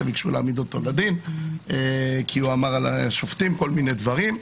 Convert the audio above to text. שביקשו להעמיד אותו לדין כי הוא אמר על השופטים כל מיני דברים.